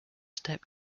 step